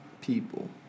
people